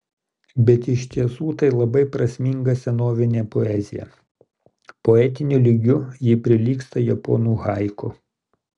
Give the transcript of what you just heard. bet iš tiesų tai labai prasminga senovinė poezija poetiniu lygiu ji prilygsta japonų haiku